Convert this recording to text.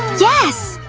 yes!